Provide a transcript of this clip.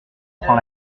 prend